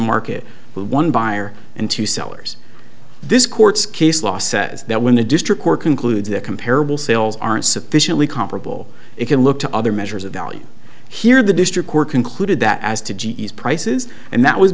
market where one buyer and two sellers this court's case law says that when the district court concludes that comparable sales aren't sufficiently comparable it can look to other measures of value here the district court concluded that as to g e s prices and that was